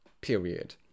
period